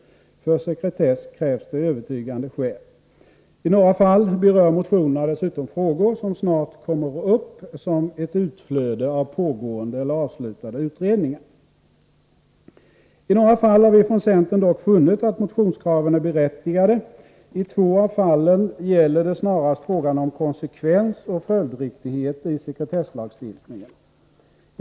För sekretess krävs det övertygande skäl. I några fall berör motionerna dessutom frågor som snart kommer upp som ett utflöde av pågående eller avslutade utredningar. I några fall har vi från centern dock funnit att motionskraven är berättigade. I två av fallen gäller det snarast frågan om konsekvens och följdriktighet i sekretesslagstiftningen.